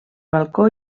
balcó